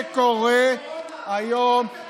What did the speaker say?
מה שקורה היום,